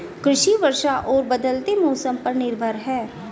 कृषि वर्षा और बदलते मौसम पर निर्भर है